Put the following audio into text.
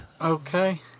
Okay